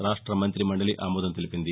రాష్ట్ల మంతిమందలి ఆమోదం తెలిపింది